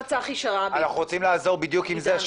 --- אנחנו רוצים לעזור בדיוק עם זה,